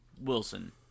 Wilson